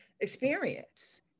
experience